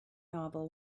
novel